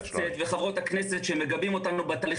אני מודה לחברי הכנסת ולחברות הכנסת שמגבים אותנו בתהליך.